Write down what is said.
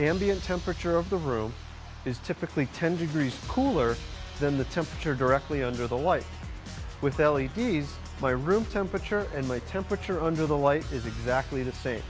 ambient temperature of the room is typically ten degrees cooler than the temperature directly under the light with l e d s my room temperature and my temperature under the light is exactly the same